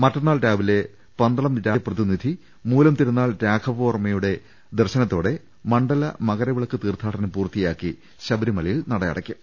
മറ്റന്നാൾ രാവിലെ പന്തളം രാജപ്രതിനിധി മുലം തിരുനാൾ രാഘവവർമ്മയുടെ അയ്യപ്പ ദർശ നത്തോടെ മണ്ഡല മകരവിളക്ക് തീർത്ഥാടനം പൂർത്തിയാക്കി ശബരി മലയിൽ നട അടക്കും